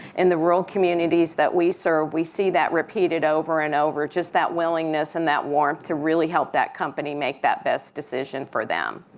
in the rural communities that we serve, we see that repeated over and over, just that willingness and that warmth to really help that company make that best decision for them.